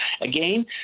Again